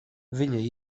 viņa